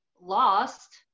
lost